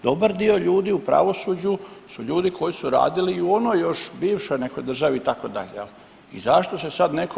Dobar dio ljudi u pravosuđu su ljudi koji su radili i u onoj još bivšoj nekoj državi itd. i zašto se sad netko boji te sigurnosne provjere kao da je to sad nešto ovaj, ne vidim evo možete mi pojasniti malo zašto to.